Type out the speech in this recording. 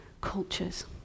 cultures